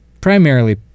Primarily